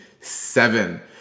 seven